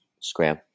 Scram